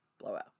blowout